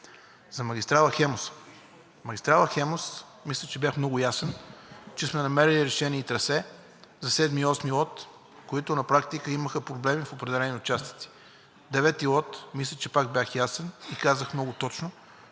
За магистрала „Хемус“. Магистрала „Хемус“, мисля, че бях много ясен – намерили сме решение и трасе за 7 и 8 лот, които на практика имаха проблем в определени участъци. Девети лот, мисля, че пак бях ясен, казах много точно,